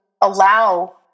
allow